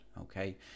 okay